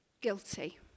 Guilty